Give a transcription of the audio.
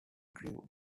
grew